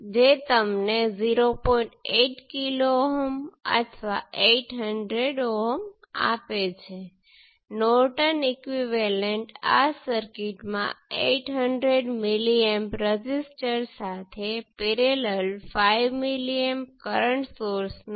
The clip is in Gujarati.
હવે ચાલો કંટ્રોલ સોર્સ ઉમેરીને સર્કિટને થોડું વધારે જટિલ બનાવીએ ફરીથી હું અગાઉ લીધેલું તે જ ઉદાહરણ લઈશ